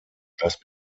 just